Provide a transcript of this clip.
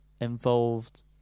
involved